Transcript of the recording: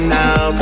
now